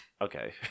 okay